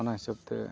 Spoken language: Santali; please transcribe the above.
ᱚᱱᱟ ᱦᱤᱥᱟᱹᱵᱽᱛᱮ